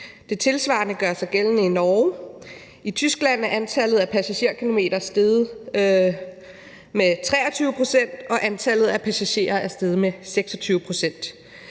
det tilsvarende gør sig gældende i Norge. I Tyskland er antallet af passagerkilometer steget med 23 pct., og antallet af passagerer er steget med 26 pct.